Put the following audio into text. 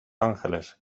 angeles